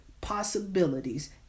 possibilities